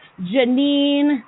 Janine